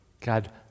God